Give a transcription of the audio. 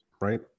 right